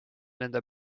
nende